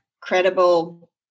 credible